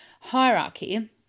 hierarchy